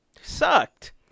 sucked